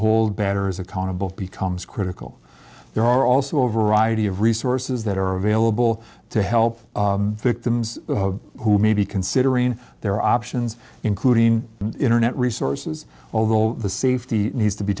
do hold bettors accountable becomes critical there are also a variety of resources that are available to help victims who may be considering their options including internet resources overall the safety needs to be